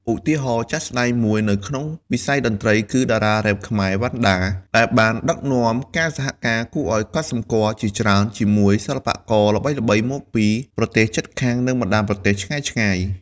ឧទាហរណ៍ជាក់ស្ដែងមួយនៅក្នុងវិស័យតន្ត្រី គឺតារារ៉េបខ្មែរ វណ្ណដា ដែលបានដឹកនាំការសហការគួរឱ្យកត់សម្គាល់ជាច្រើនជាមួយសិល្បករល្បីៗមកពីប្រទេសជិតខាង និងបណ្ដាប្រទេសឆ្ងាយៗ។